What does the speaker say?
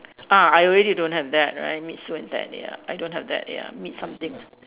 ah I already don't have that right meet Sue and Ted ya I don't have that ya meet something